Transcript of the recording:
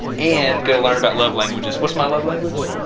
and go learn about love languages. what's my love language?